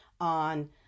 on